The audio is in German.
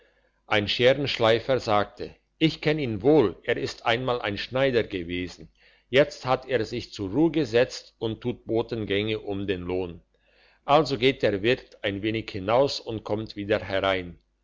ein scherenschleifer sagte ich kenn ihn wohl er ist einmal ein schneider gewesen jetzt hat er sich zur ruh gesetzt und tut botengänge um den lohn also geht der wirt ein wenig hinaus und kommt wieder herein